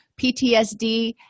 PTSD